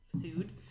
sued